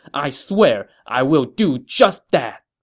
i swear i will do just that!